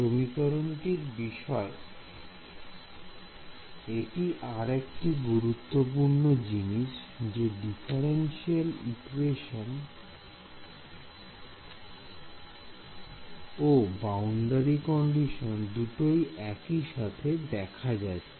সমীকরণটির বিষয় এটি আরেকটি গুরুত্বপূর্ণ জিনিস যে ডিফারেন্সিয়াল ইকুয়েশন ও বাউন্ডারি কন্ডিশন দুটোই একই সাথে দেখা যাচ্ছে